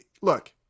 look